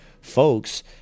folks